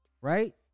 right